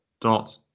dot